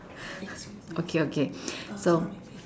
okay okay so